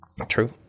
True